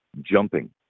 jumping